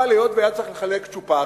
אבל היות שהיה צריך לחלק צ'ופרים,